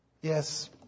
Yes